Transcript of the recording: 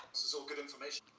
so good information